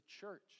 church